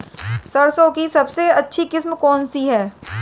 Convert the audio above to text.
सरसों की सबसे अच्छी किस्म कौन सी है?